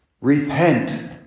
repent